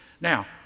Now